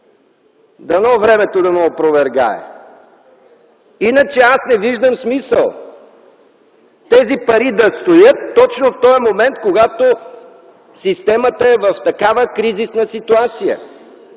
Дано времето да ме опровергае. Иначе аз не виждам смисъл тези пари да стоят точно в този момент, когато системата е в такава кризисна ситуация,